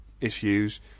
issues